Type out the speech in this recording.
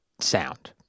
sound